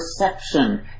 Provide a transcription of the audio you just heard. perception